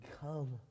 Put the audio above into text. come